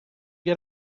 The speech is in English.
get